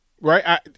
Right